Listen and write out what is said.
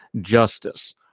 justice